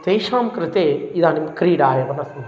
तेषां कृते इदानीं क्रीडा एव अस्तु